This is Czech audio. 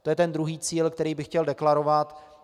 To je druhý cíl, který bych chtěl deklarovat.